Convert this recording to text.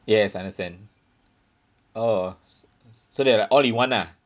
yes I understand oh so there are all in one ah